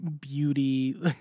beauty